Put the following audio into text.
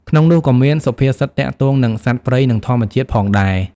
ក្នុងនោះក៏មាន សុភាសិតទាក់ទងនឹងសត្វព្រៃនិងធម្មជាតិផងដែរ។